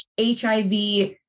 HIV